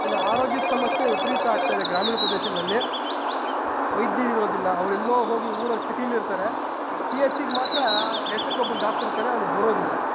ಇನ್ನು ಆರೋಗ್ಯದ ಸಮಸ್ಯೆ ವಿಪರೀತ ಆಗ್ತಾ ಇದೆ ಗ್ರಾಮೀಣ ಪ್ರದೇಶಗಳಲ್ಲಿ ವೈದ್ಯರಿರೋದಿಲ್ಲ ಅವರೆಲ್ಲೋ ಹೋಗಿ ಊರಲ್ಲಿ ಸಿಟೀಲಿ ಇರ್ತಾರೆ ಪಿ ಎಚ್ ಸೀಗ್ ಮಾತ್ರ ಹೆಸ್ರ್ಗೊಬ್ನು ಡಾಕ್ಟ್ರ್ ಇರ್ತಾನೆ ಅವನು ಬರೋದಿಲ್ಲ